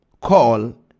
call